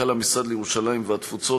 מנכ"ל המשרד לירושלים והתפוצות,